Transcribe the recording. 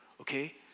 okay